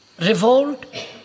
revolt